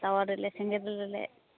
ᱛᱟᱣᱟ ᱨᱮᱞᱮ ᱥᱮᱸᱜᱮᱞ ᱨᱮᱞᱮ